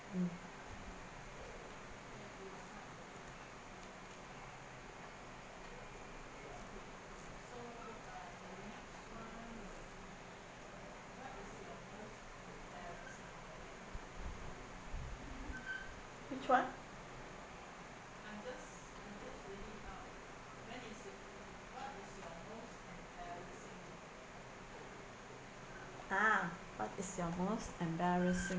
mm which one ah what is your most embarrassing